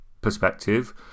perspective